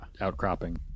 outcropping